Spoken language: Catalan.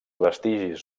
vestigis